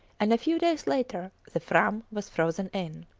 and a few days later the fram was frozen in.